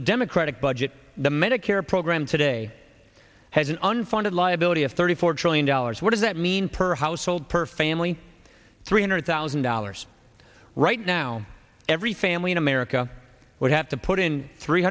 the democratic budget the medicare program today has an unfunded liability of thirty four trillion dollars what does that mean per household per family three hundred thousand dollars right now every family in america would have to put in three